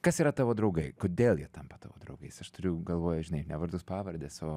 kas yra tavo draugai kodėl jie tampa tavo draugais aš turiu galvoje žinai ne vardus pavardes o